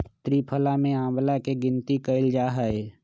त्रिफला में आंवला के गिनती कइल जाहई